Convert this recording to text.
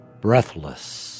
breathless